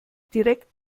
direkt